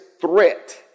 threat